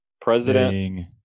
president